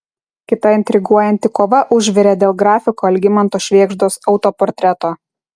kita intriguojanti kova užvirė dėl grafiko algimanto švėgždos autoportreto